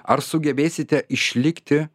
ar sugebėsite išlikti